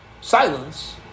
silence